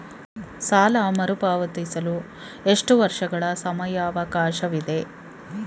ಸಾಲ ಮರುಪಾವತಿಸಲು ಎಷ್ಟು ವರ್ಷಗಳ ಸಮಯಾವಕಾಶವಿದೆ?